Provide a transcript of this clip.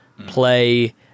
play